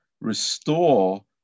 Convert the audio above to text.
restore